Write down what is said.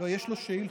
לא, יש לו שאילתות.